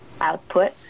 output